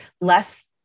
less